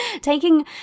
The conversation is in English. taking